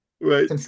right